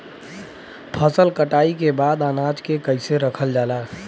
फसल कटाई के बाद अनाज के कईसे रखल जाला?